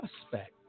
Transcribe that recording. suspect